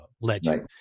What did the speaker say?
legend